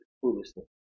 foolishness